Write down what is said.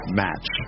match